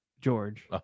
George